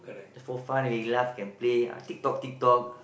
for fun only laugh can play ah tick tock tick tock